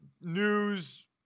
news